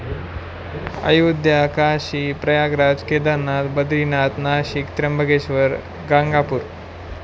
Ayodhya Kashi Prayagraj Kedarnath Badrinath Nashik Trimbakeshwar Ganagapur